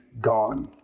gone